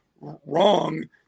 wrong